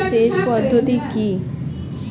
উদ্ভাবনী সেচ পদ্ধতি কি?